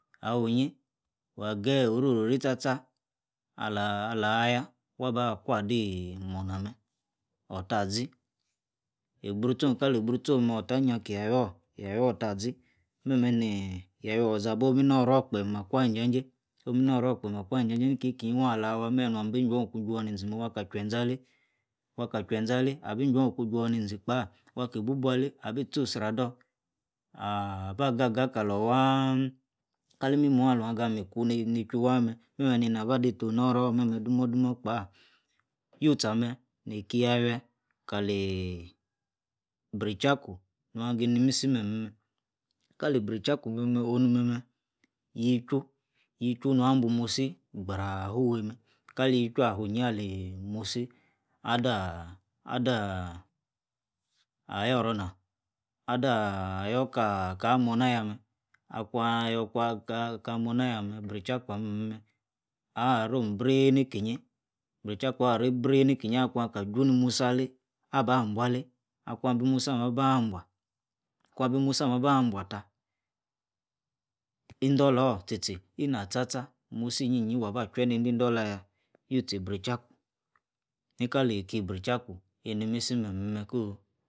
Awinyi wah geyi ororori tcha-tcha alah-alah yah, waba kwardi. imornah ah-meh, otah-zí, eighbru-chome kaleigbru-tchone meh otak nylakí tawior, yawior tazi, meh-meh neeeh, yawiõr loza abomi novor kpeem akwányi injajei, koh mi noror kpeem akwinyi injajer inkinui-kinyi alawahi meh muabi Jworn okun chwor nizimeh, wuah-ka jue- nze, wuakah Juejeni alei, abi chaworn okun chwor nizi kpah, waki-toubu-alei, abi echosri ador, aah-bagaga Kalor waaanh, kali-imimorn aluanga mi-ku nichwur waah-meh, meh-meh nei-naba deito- noror meh-meh dumor dumor Kpah, whitcha ah-meh, nei kia yawie, kaliii- brijaku nuaginimisi meh-meh meh. kali brijaku meh-meh, onun meh-meh yichwu, yichuwu nua bumas̃i glorah õfufuei meh, kali tichwu afunyi ali-musi adah, adah, ayoronah, adah, yor ka-ka morna yah meh akuan yor- kuan ka morna-yah ah-meh-meh Brijaku, ah-meh-meh, arom brííi nikinyi, brijaku arei brii ni kinyi akuan-kah chwunimusi alei, aba-buanler, kuan bimusi ah meh ababuan, bimusi ah-meh aba bua tah, indor lor tchi-tchi, iña tcha- tcha, musinyiyi waba. choue ni dollar-yah, you-tchi brijaku nika leiki brijaku inimisi meh-meh-meh Kõn.